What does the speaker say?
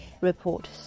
report